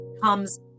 comes